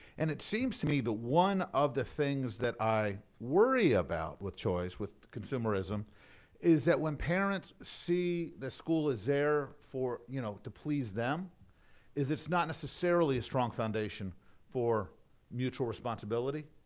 and it seems to me that one of the things that i worry about with choice, with consumerism is that when parents see the school is there for, you know, to please them is it's not necessarily a strong foundation for mutual responsibility.